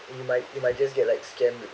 and you might you might just get like scam